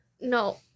No